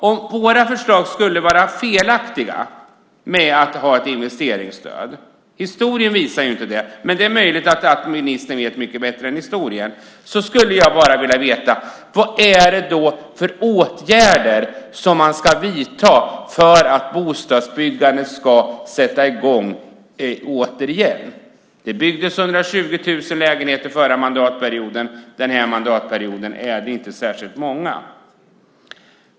Om våra förslag om investeringsstöd skulle vara felaktiga - historien visar inte det, men det är möjligt att ministern vet bättre än historien - vad är det för åtgärder som ska vidtas för att bostadsbyggandet ska sätta i gång igen? Det byggdes 120 000 lägenheter förra mandatperioden. Den här mandatperioden är de inte särskilt många.